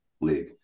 league